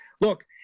Look